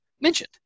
mentioned